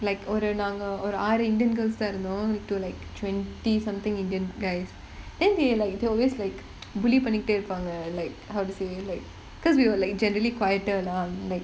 like ஒரு நாங்க ஒரு ஆறு:oru naanga oru aaru indian girls தான் இருந்தோம்:thaan irunthom to like twenty something indian guys then they like they always like bully பண்ணிகிட்டே இருப்பாங்க:pannikittae irupaanga like how to say like because we were like generally quieter lah like